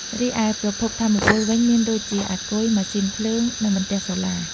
រីឯ ប្រភពថាមពល វិញមានដូចជា អាគុយ ម៉ាស៊ីនភ្លើង និងបន្ទះសូឡា។